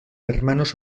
hermanos